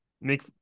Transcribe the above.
make